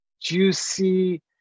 juicy